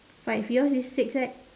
five yours is six right